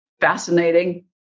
fascinating